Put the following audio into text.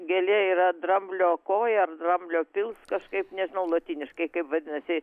gėlė yra dramblio koja ar dramblio pils kažkaip nežinau lotyniškai kaip vadinasi